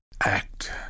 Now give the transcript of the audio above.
Act